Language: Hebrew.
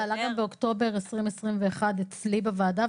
זה עלה גם באוקטובר 2021 אצלי בוועדה,